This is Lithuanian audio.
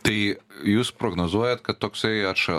tai jūs prognozuojat kad toksai atša